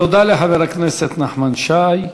תודה לחבר הכנסת נחמן שי.